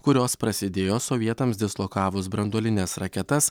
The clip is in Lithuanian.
kurios prasidėjo sovietams dislokavus branduolines raketas